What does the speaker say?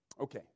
Okay